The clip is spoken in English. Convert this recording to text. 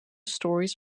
stories